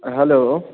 hello